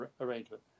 arrangement